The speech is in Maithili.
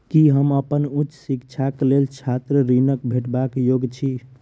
की हम अप्पन उच्च शिक्षाक लेल छात्र ऋणक भेटबाक योग्य छी?